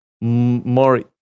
more